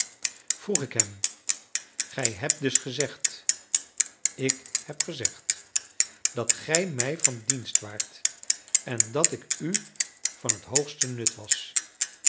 vroeg ik hem gij hebt dus gezegd ik heb gezegd dat gij mij van dienst waart en dat ik u van het hoogste nut was